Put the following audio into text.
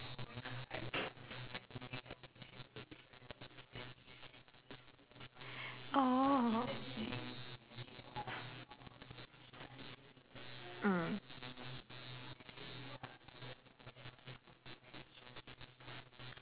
oh mm